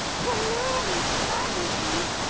baloney sandwiches?